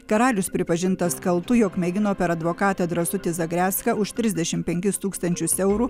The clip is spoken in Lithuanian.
karalius pripažintas kaltu jog mėgino per advokatą drąsutį zagrecką už trisdešimt penkis tūkstančius eurų